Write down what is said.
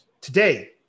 today